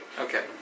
Okay